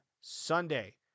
Sunday